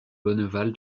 bonneval